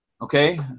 Okay